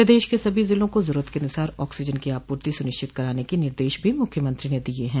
प्रदेश के सभी जिलों को जरूरत के अनुसार ऑक्सीजन की आपूर्ति सुनिश्चित कराने के निर्देश भी मुख्यमंत्री ने दिये हैं